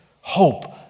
hope